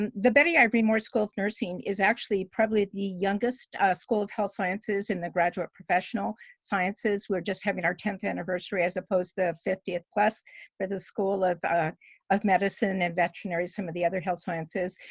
and the betty irene moore school of nursing is actually probably the youngest school of health sciences in the graduate professional sciences. we're just having our tenth anniversary as opposed to fiftieth plus for the school of of medicine and veterinary some of the other health sciences.